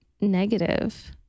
negative